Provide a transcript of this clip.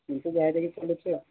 ଏମିତି ଯାହି ତାହି ଚାଲୁଛି ଆଉ